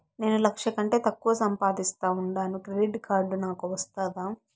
నేను లక్ష కంటే తక్కువ సంపాదిస్తా ఉండాను క్రెడిట్ కార్డు నాకు వస్తాదా